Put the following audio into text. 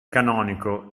canonico